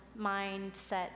mindset